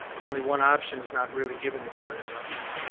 only one option is not really giving the board and an option.